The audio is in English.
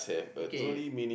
okay